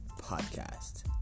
Podcast